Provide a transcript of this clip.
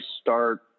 start